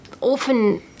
often